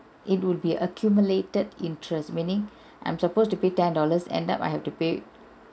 it would be accumulated interest meaning I'm supposed to pay ten dollars end up I have to pay